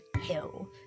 hill